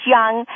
Young